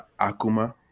Akuma